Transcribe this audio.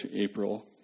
April